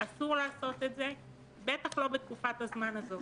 אסור לעשות את זה ובטח לא בתקופת הזמן הזאת.